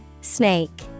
Snake